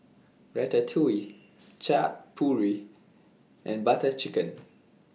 Ratatouille Chaat Papri and Butter Chicken